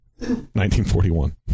1941